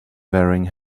wearing